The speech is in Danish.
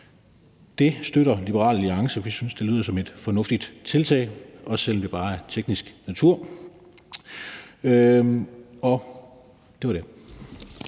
Det støtter Liberal Alliance. Vi synes, det lyder som et fornuftigt tiltag, også selv om det bare er af teknisk natur. Det var det.